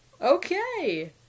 Okay